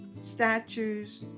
statues